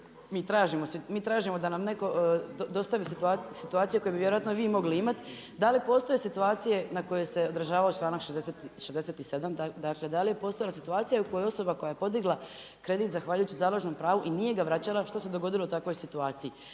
mi tražimo da nam netko dostavi situaciju koju bi vjerojatno vi mogli imati, da li postoje situacije na koje se odražava članak 67., dakle da li je postojala situacija u kojoj osoba koja je podigla kredit zahvaljujući založnom pravu i nije ga vraćala, što se dogodilo takvoj situaciji.